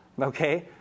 okay